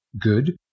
good